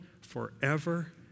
forever